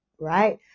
right